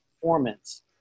performance